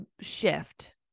shift